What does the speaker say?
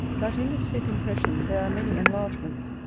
that in this fifth impression there are many enlargements,